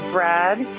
Brad